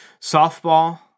Softball